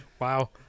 Wow